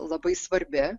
labai svarbi